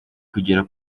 kugera